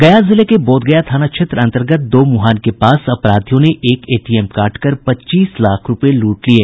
गया जिले के बोधगया थाना क्षेत्र अन्तर्गत दोमुहान के पास अपराधियों ने एक एटीएम काटकर पच्चीस लाख रूपये लूट लिये